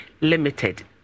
limited